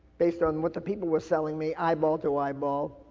based on what the people were selling me, eyeball to eyeball.